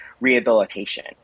rehabilitation